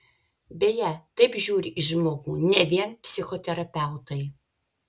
beje taip žiūri į žmogų ne vien psichoterapeutai